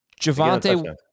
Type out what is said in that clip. Javante